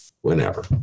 whenever